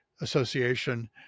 Association